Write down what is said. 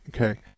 Okay